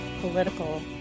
political